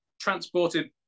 transported